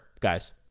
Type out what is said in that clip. guys